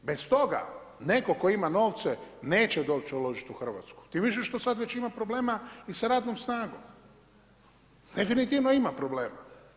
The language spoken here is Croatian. Bez toga netko tko ima novce neće doći uložiti u Hrvatsku tim više što sad već ima problema i sa radnom snagom, definitivno ima problema.